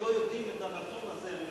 שלא יודעים את הנתון הזה,